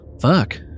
fuck